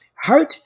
Heart